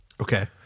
Okay